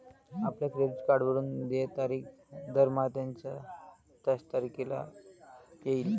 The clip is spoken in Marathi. आपल्या क्रेडिट कार्डवरून देय तारीख दरमहा त्याच तारखेला येईल